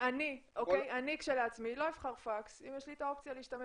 אני כשלעצמי לא אבחר פקס אם יש לי את האופציה להשתמש